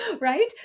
right